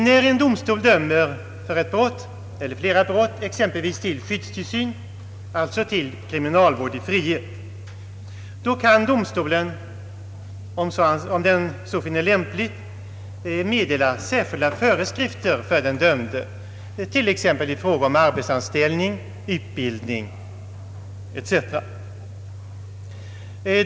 När en domstol dömer för ett brott eller för flera brott exempelvis till skyddstillsyn, alltså till kriminalvård i frihet, kan domstolen, om den så finner lämpligt, meddela särskilda föreskrifter för den dömde i fråga om arbetsanställning, utbildning etc.